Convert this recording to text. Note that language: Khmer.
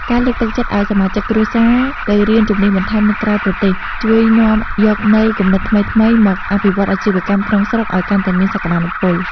ការលើកទឹកចិត្តឱ្យសមាជិកគ្រួសារទៅរៀនជំនាញបន្ថែមនៅក្រៅប្រទេស ជួយនាំយកនូវគំនិតថ្មីៗមកអភិវឌ្ឍអាជីវកម្មក្នុងស្រុកឱ្យកាន់តែមានសក្ដានុពល។